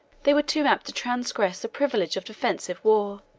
they were too apt to transgress the privilege of defensive war.